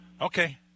Okay